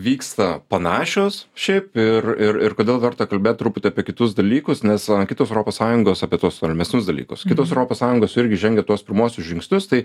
vyksta panašios šiaip ir ir ir kodėl verta kalbėt truputį apie kitus dalykus nes va kitos europos sąjungos apie tuos tolimesnius dalykus kitos europos sąjungos irgi žengia tuos pirmuosius žingsnius tai